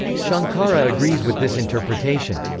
shankara agrees with this interpretation.